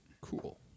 Cool